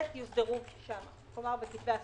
למה לא לכתוב: כולם או מקצתם?